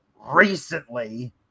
recently